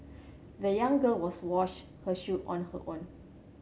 the young girl was wash her shoe on her own